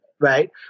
right